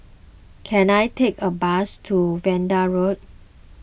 can I take a bus to Vanda Road